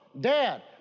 dad